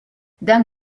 d’un